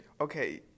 Okay